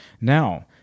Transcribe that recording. Now